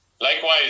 Likewise